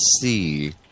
see